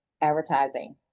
advertising